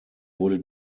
wurde